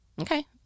Okay